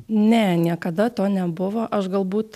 ne niekada to nebuvo aš galbūt